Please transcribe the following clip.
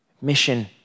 mission